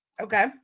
okay